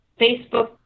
Facebook